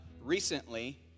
recently